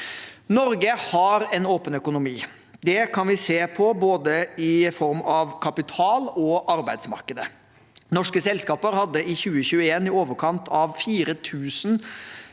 Norge har en åpen økonomi. Det kan vi se i form av både kapital- og arbeidsmarkedet. Norske selskaper hadde i 2021 i overkant av 4 000